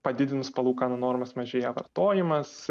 padidinus palūkanų normas mažėja vartojimas